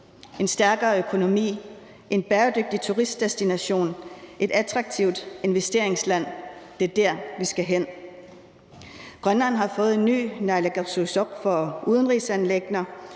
en stærkere økonomi, en bæredygtig turistdestination og et attraktivt investeringsland. Det er der, vi skal hen. Grønland har fået en ny naalakkersuisoq for udenrigsanliggender.